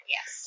Yes